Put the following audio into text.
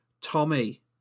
Tommy